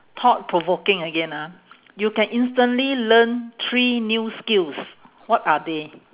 thought provoking again ah you can instantly learn three new skills what are they